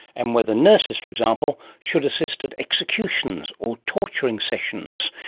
and whether nurses, for example, should assist at executions or torturing sessions,